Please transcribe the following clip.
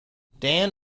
dan